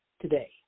today